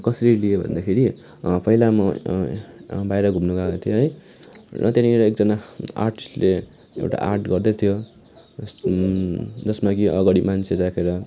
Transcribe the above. कसरी लिएँ भन्दाखेरि पहिला म बाहिर घुम्न गएको थिएँ है र त्यहाँनिर एकजना आर्टिस्टले एउटा आर्ट गर्दैथ्यो जसमा कि अगाडि मान्छे राखेर